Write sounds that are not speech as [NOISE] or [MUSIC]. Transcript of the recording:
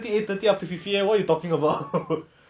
[LAUGHS]